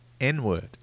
N-Word